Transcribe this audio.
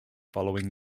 following